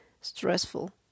stressful